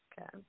Okay